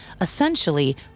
essentially